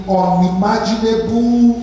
unimaginable